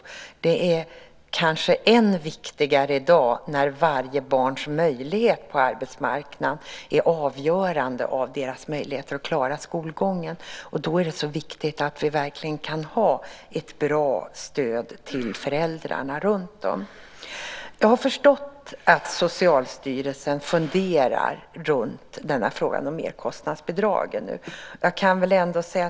I dag är detta kanske än viktigare när varje barns möjlighet på arbetsmarknaden är beroende av deras möjligheter att klara skolgången. Då är det viktigt att vi kan ha ett bra stöd till föräldrarna. Jag har förstått att Socialstyrelsen funderar på den här frågan om merkostnadsbidragen.